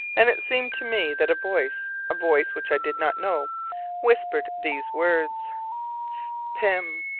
and it seemed to me that a voice a voice which i did not know whispered these words pym.